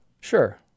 Sure